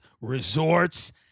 resorts